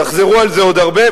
תחזרו על זה עוד הרבה.